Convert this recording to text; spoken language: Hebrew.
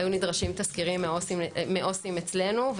היו נדרשים יותר תזכירים מעובדים סוציאליים אצלנו,